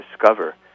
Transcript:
discover